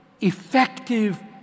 effective